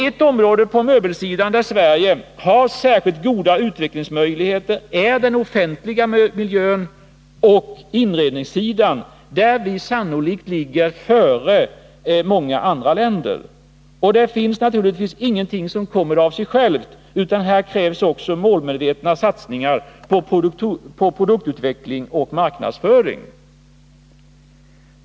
Ett område på möbelsidan där Sverige har särskilt goda utvecklingsmöjligheter är den offentliga miljön och inredningsdelen, där vi sannolikt ligger före många andra länder. Detta är naturligtvis ingenting som kommer av sig självt, utan det krävs målmedvetna satsningar på produktutveckling och marknadsföring.